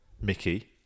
Mickey